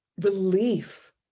relief